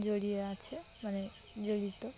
জড়িয়ে আছে মানে জড়িত